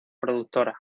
productora